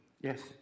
Yes